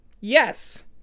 Yes